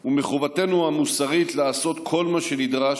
וחובתנו המוסרית לעשות כל מה שנדרש